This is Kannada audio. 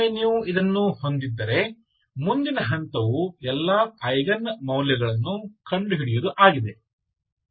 ಒಮ್ಮೆ ನೀವು ಇದನ್ನು ಹೊಂದಿದ್ದರೆ ಮುಂದಿನ ಹಂತವು ಎಲ್ಲಾ ಐಗನ್ ಮೌಲ್ಯಗಳನ್ನು ಕಂಡುಹಿಡಿಯುವುದು ಆಗಿದೆ